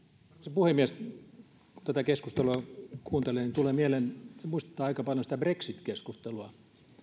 puhemies kun tätä keskustelua kuuntelee tulee mieleen että se muistuttaa aika paljon brexit keskustelua siinähän britit